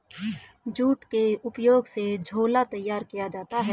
jute के उपयोग से झोला तैयार किया जाता है